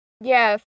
Yes